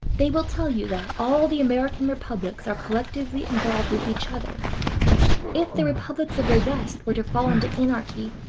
they will tell you that all the american republics are collectively involved with each other if the republics of the west were to fall into anarchy,